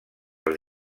els